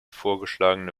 vorgeschlagene